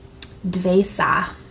dvesa